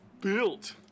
built